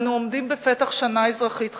אנו עומדים בפתח שנה אזרחית חדשה.